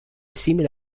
simile